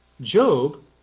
Job